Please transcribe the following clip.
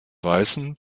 weißem